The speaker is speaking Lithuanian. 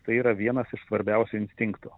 tai yra vienas iš svarbiausių instinktų